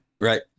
Right